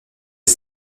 les